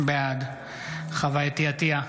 בעד חוה אתי עטייה,